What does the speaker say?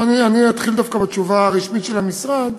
אתחיל דווקא בתשובה הרשמית של המשרד,